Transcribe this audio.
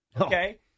okay